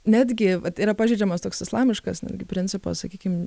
netgi vat yra pažeidžiamas toks islamiškas netgi principas sakykim